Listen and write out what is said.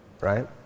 right